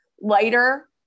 lighter